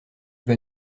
vas